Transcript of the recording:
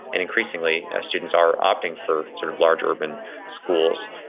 and increasingly students are opting for sort of large urban schools,